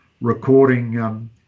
recording